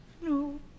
No